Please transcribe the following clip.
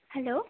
hello